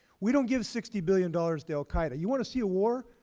we don't give sixty billion dollars to al qaeda. you want to see a war?